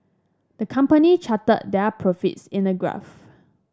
the company charted their profits in a graph